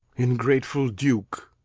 ingratefull duke,